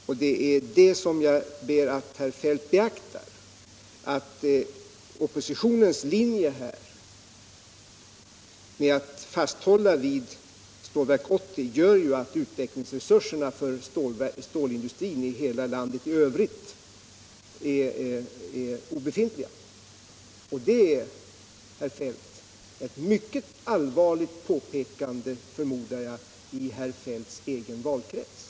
Jag ber herr Feldt beakta att oppositionens linje att fasthålla vid Stålverk 80 gör att utvecklingsresurserna för stålindustrin i hela landet i övrigt blir obefintliga. Jag förmodar, herr Feldt, att det är ett mycket allvarligt påpekande i herr Feldts egen valkrets.